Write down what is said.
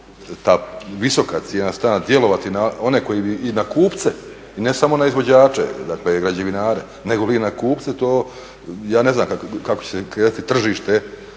ta visoka cijena stana djelovati na one koji i na kupce, ne samo na izvođače dakle građevinare, negoli i na kupce. Ja ne znam kako će se kreirati tržište